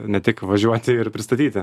ne tik važiuoti ir pristatyti